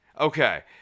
Okay